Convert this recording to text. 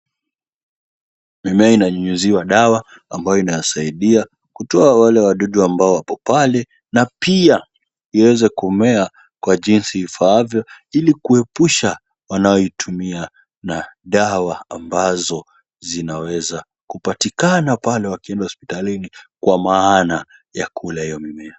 Mimea inanyunyuziwa dawa ambayo inasaidia kutoa wale wadudu ambao wapo pale na pia iweze kumea kwa jinsi ifaavyo ili kuepusha wanaoitumia na dawa ambazo zinaweza kupatikana pale wakienda hospitalini kwa maana ya kula hiyo mimea.